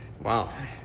Wow